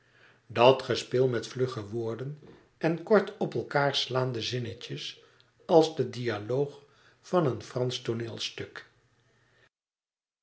dat gespeel met vlugge woorden en kort op elkaâr slaande zinnetjes als de dialoog van een fransch tooneelstuk